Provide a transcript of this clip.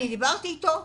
אני דיברתי איתו,